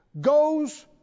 goes